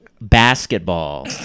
basketball